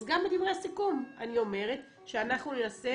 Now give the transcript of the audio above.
אז גם בדברי הסיכום אני אומרת שאנחנו ננסה